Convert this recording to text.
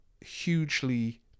hugely